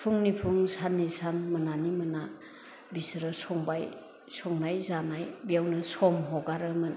फुंनि फुं साननि सान मोनानि मोना बिसोरो संबाय संनाय जानाय बेयावनो सम हगारोमोन